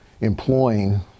employing